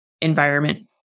environment